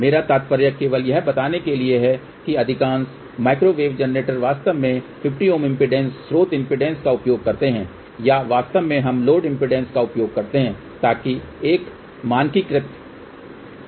मेरा तात्पर्य केवल यह बताने के लिए है कि अधिकांश माइक्रोवेव जनरेटर वास्तव में 50 Ω इम्पीडेन्स स्रोत इम्पीडेन्स का उपयोग करते हैं या वास्तव में हम लोड इम्पीडेन्स का भी उपयोग करते हैं ताकि एक मानकीकृत प्रक्रिया हो